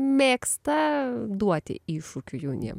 mėgsta duoti iššūkių jauniem